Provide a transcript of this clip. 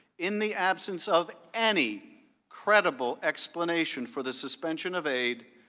in the absence of any credible explanation for the suspension of aid,